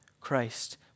Christ